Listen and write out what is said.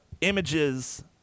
Images